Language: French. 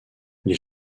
les